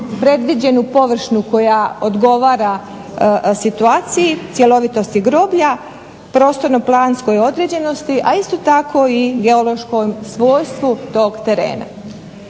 predviđenu površinu koja odgovara situaciji, cjelovitosti groblja, prostorno-planskoj određenosti, a isto tako i geološkom svojstvu tog terena.